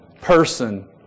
person